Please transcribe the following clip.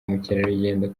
mukerarugendo